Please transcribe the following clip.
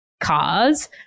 cars